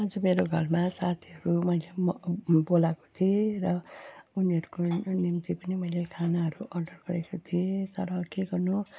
आज मेरो घरमा साथीहरू मैले म बोलाएको थिएँ र उनिहरूको निम्ति पनि मैले खानाहरू अर्डर गरेको थिएँ तर के गर्नु